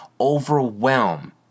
overwhelm